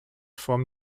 form